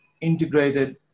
integrated